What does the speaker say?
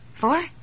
Four